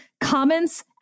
comments